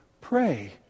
pray